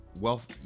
wealth